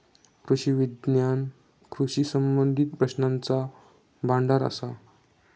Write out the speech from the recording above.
कृषी विज्ञान कृषी संबंधीत प्रश्नांचा भांडार असा